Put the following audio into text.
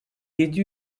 yedi